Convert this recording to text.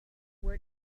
where